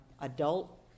adult